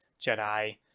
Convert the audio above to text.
Jedi